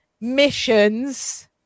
Missions